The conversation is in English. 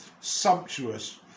sumptuous